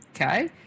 okay